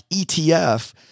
ETF